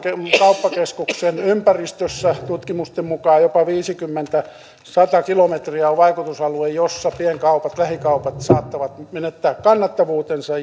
kauppakeskuksen ympäristössä tutkimusten mukaan jopa viisikymmentä viiva sata kilometriä on vaikutusalue jossa pienkaupat lähikaupat saattavat menettää kannattavuutensa